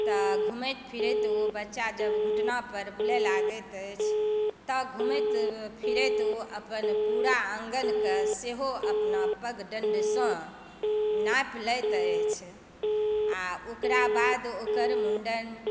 तऽ घुमैत फिरैत ओ बच्चा जखन घुटनापर बुलय लागैत अछि तऽ घुमैत फिरैत ओ अपन पूरा आँगनकऽ सेहो अपना पग डण्डसँ नापि लैत अछि आओर ओकरा बाद ओकर मुण्डन